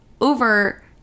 over